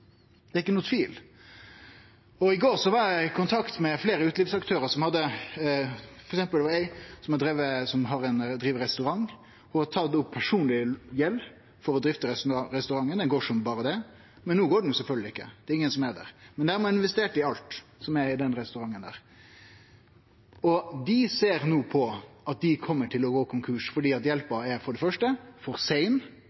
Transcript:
Det er ikkje nokon tvil. I går var eg i kontakt med fleire utelivsaktørar. For eksempel var det ei som driv restaurant. Ho har tatt opp personleg gjeld for å drifte restauranten, han gjekk som berre det. Men no går han sjølvsagt ikkje, det er ingen som er der. Ho har investert i alt som er i den restauranten. Dei utelivsaktørane ser no at dei kjem til å gå konkurs fordi